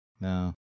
No